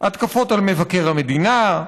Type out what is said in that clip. התקפות על מבקר המדינה,